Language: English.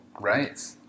Right